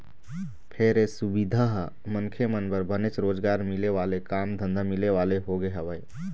फेर ये सुबिधा ह मनखे मन बर बनेच रोजगार मिले वाले काम धंधा मिले वाले होगे हवय